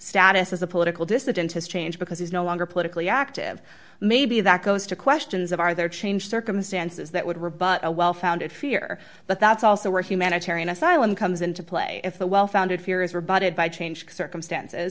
status as a political dissident has changed because he's no longer politically active maybe that goes to questions of are there changed circumstances that would rebut a well founded fear but that's also where humanitarian asylum comes into play if the well founded fear is rebutted by changed circumstances